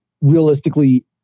realistically